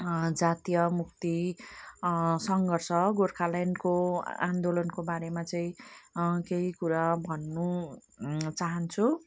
जातीय मुक्ति सङ्घर्ष गोर्खाल्यान्डको आन्दोलनको बारेमा चाहिँ केही कुरा भन्नु चाहन्छु